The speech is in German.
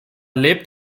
lebt